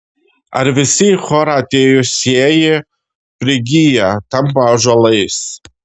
ar visi į chorą atėjusieji prigyja tampa ąžuolais